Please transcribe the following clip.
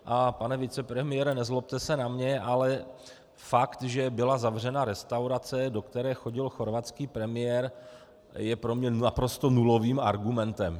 A pane vicepremiére, nezlobte se na mě, ale fakt, že byla zavřena restaurace, do které chodil chorvatský premiér, je pro mě naprosto nulovým argumentem.